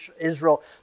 Israel